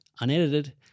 unedited